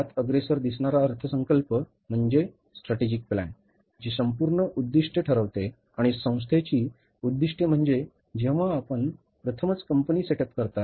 सर्वात अग्रेसर दिसणारा अर्थसंकल्प म्हणजे स्ट्रॅटेजिक प्लॅन जी संपूर्ण उद्दिष्टे ठरवते आणि संस्थेची उद्दीष्टे म्हणजे जेव्हा आपण प्रथमच कंपनी सेट अप करता